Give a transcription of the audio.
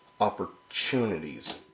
opportunities